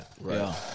right